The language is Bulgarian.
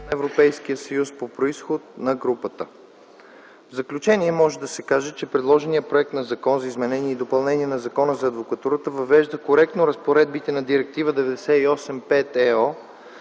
Европейския съюз по произход на групата.” В заключение може да се каже, че предложеният Законопроект за изменение и допълнение на Закона за адвокатурата въвежда коректно разпоредбите на Директива 98/5/ЕО,